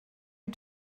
you